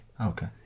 Okay